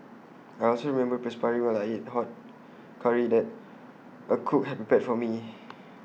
I also remember perspiring while I ate hot Curry that A cook had prepared for me